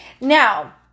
Now